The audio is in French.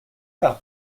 par